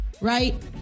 right